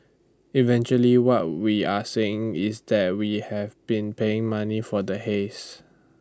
eventually what we are saying is that we have been paying money for the haze